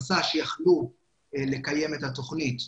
מסע שיכלו לקיים את התוכנית,